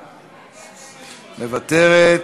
מוותרת.